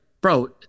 bro